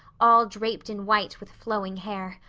all draped in white with flowing hair.